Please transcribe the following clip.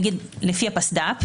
לפי הפסד"פ,